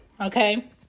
okay